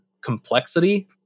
complexity